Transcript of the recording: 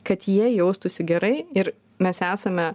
kad jie jaustųsi gerai ir mes esame